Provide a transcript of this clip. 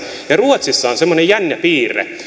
ruotsissa on semmoinen jännä piirre